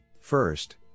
First